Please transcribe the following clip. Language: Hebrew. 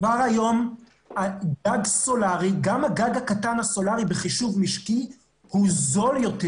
כבר היום גם הגג הסולרי הקטן עם אגירה בחישוב משקי הוא זול יותר